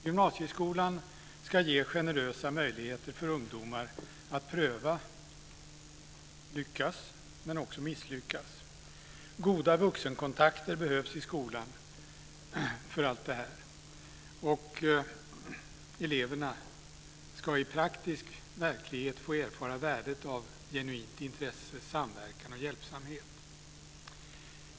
Gymnasieskolan ska ge generösa möjligheter för ungdomar att pröva, lyckas men också misslyckas. Goda vuxenkontakter behövs i skolan för allt detta. Och eleverna ska i praktisk verklighet få erfara värdet av genuint intresse, samverkan och hjälpsamhet.